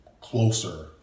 closer